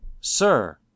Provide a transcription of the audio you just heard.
Sir